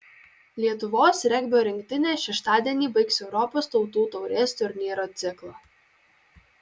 lietuvos regbio rinktinė šeštadienį baigs europos tautų taurės turnyro ciklą